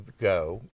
go